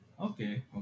Okay